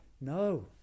No